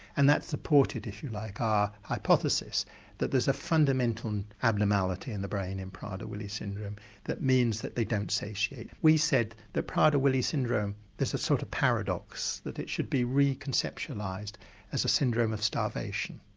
and that supported if you like our hypothesis that there's a fundamental abnormality in the brain in prader-willi syndrome that means that they don't satiate. we said that in prader-willi syndrome there's a sort of paradox that it should be reconceptualised as a syndrome of starvation.